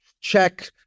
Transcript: check